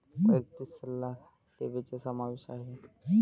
वैयक्तिक सल्ला सेवेचा समावेश आहे